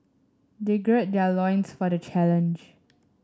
they gird their loins for the challenge